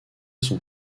son